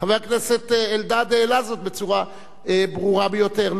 חבר הכנסת אלדד העלה זאת בצורה ברורה ביותר.